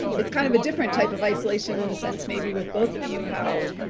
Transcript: it's kind of a different type of isolation in the sense maybe with both of you how